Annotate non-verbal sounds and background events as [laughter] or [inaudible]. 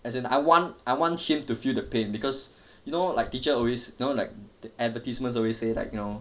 as in I want I want him to feel the pain because [breath] you know like teacher always know like the advertisements always say like you know